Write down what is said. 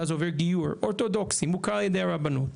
ואז עובר גיור אורתודוקסי מוכר על ידי הרבנות,